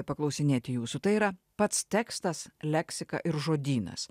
paklausinėti jūsų tai yra pats tekstas leksika ir žodynas